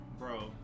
bro